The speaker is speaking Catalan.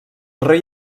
rei